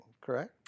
correct